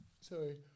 Sorry